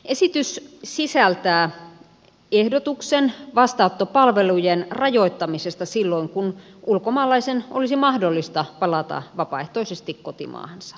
esitys sisältää ehdotuksen vastaanottopalvelujen rajoittamisesta silloin kun ulkomaalaisen olisi mahdollista palata vapaaehtoisesti kotimaahansa